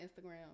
instagram